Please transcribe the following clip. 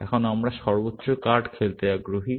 এখন আমরা সর্বোচ্চ কার্ড খেলতে আগ্রহী